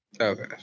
Okay